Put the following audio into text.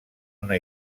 una